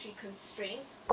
constraints